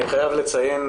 אני חייב לציין,